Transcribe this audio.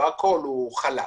לא הכול חלק.